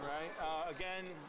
right again